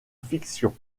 fiction